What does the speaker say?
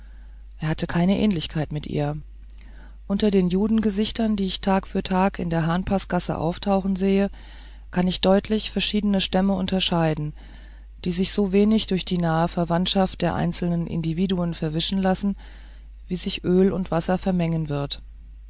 er hatte keine ähnlichkeit mit ihr unter den judengesichtern die ich tag für tag in der hahnpaßgasse auftauchen sehe kann ich deutlich verschiedene stämme unterscheiden die sich so wenig durch die nahe verwandtschaft der einzelnen individuen verwischen lassen wie sich öl und wasser vermengen wird